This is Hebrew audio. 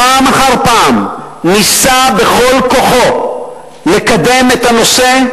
פעם אחר פעם ניסה בכל כוחו לקדם את הנושא.